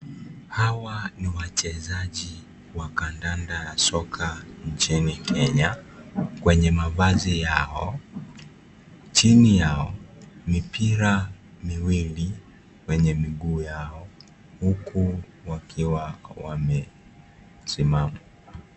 Hawa ni wachezaji wa kandanda na soka nchini Kenya kwenye mavazi yao, chini yao mipira miwili kwenye miguu yao huku wakiwa wamesimama.